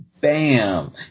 Bam